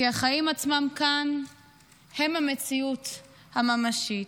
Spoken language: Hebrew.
כי החיים עצמם כאן הם המציאות הממשית.